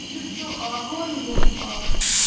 یُس سُہ ٲں گوٚن گوٚن چھُ آسان